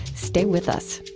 stay with us